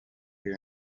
here